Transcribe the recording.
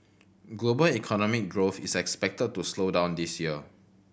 global economic growth is expected to slow down this year